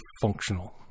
functional